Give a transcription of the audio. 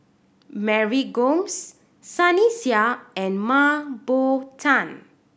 Mary Gomes Sunny Sia and Mah Bow Tan